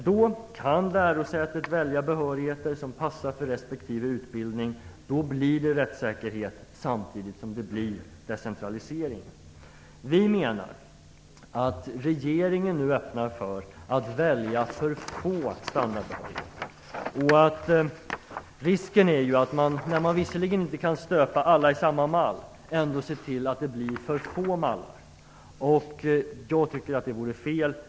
Då kan lärosätet välja behörigheter som passar för respektive utbildning och då blir det rättssäkerhet, samtidigt som det blir en decentralisering. Vi menar att regeringen nu öppnar för att välja för få standardbehörigheter. Visserligen kan inte alla stöpas efter samma mall. Risken finns dock att man ser till att det blir för få mallar. Jag tycker att det vore fel.